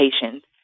patients